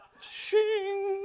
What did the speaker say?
shing